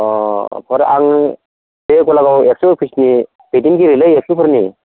अह आं बे गलागाव एबसु अफिसनि दैदेनगिरिलै एबसुफोरनि